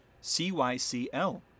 C-Y-C-L